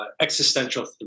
existential